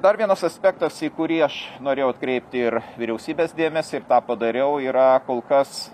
dar vienas aspektas į kurį aš norėjau atkreipti ir vyriausybės dėmesį ir tą padariau yra kol kas